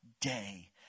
day